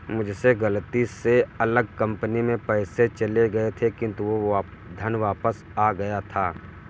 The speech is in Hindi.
मुझसे गलती से अलग कंपनी में पैसे चले गए थे किन्तु वो धन वापिस आ गया था